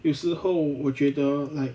有时候我觉得 like